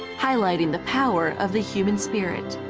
highlighting the power of the human spirit.